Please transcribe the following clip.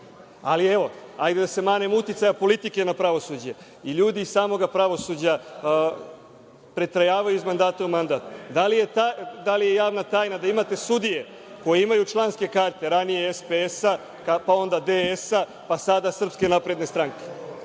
Ali, evo, hajde da se manem uticaja politike na pravosuđe. I ljudi iz samog pravosuđa pretrajavaju iz mandata u mandat. Da li je javna tajna da imate sudije koje imaju članske karte, ranije SPS, pa onda DS, pa sada SNS? **Veroljub